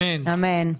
אמן.